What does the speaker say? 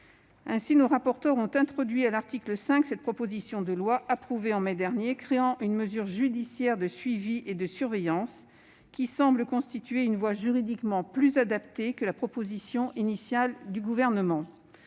Ainsi, les rapporteurs ont introduit, à l'article 5, cette proposition de loi que nous avons votée en mai dernier et qui crée une mesure judiciaire de suivi et de surveillance. Celle-ci semble constituer une voie juridiquement plus adaptée que la proposition initiale du Gouvernement.